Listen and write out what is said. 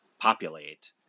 Populate